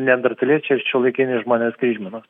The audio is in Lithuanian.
neandertaliečiai ir šiuolaikiniai žmonės kryžminos